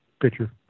picture